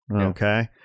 Okay